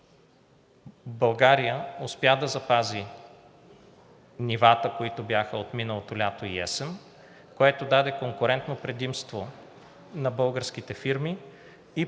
България успя да запази нивата, които бяха от миналото лято и есен, което даде конкурентно предимство на българските фирми и позволи